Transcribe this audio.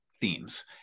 themes